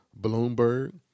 Bloomberg